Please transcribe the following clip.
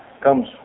comes